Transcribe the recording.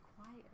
quiet